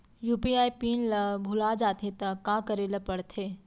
UPI PIN ल भुला जाथे त का करे ल पढ़थे?